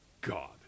God